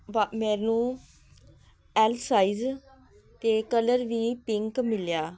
ਦਾ ਮੈਨੂੰ L size ਅਤੇ colour ਵੀ ਪਿੰਕ ਮਿਲਿਆ